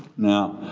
now,